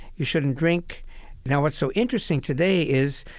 you shouldn't drink now what's so interesting today is,